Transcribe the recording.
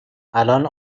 الان